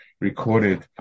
recorded